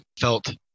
felt